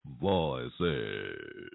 Voices